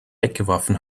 weggeworfen